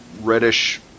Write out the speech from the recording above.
reddish